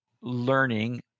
learning